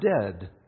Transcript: dead